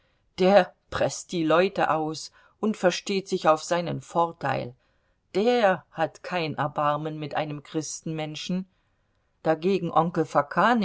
der preßt die leute aus und versteht sich auf seinen vorteil der hat kein erbarmen mit einem christenmenschen dagegen onkel